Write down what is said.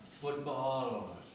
football